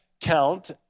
count